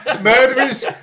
Murderers